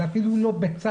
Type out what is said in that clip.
זה אפילו לא ביצה.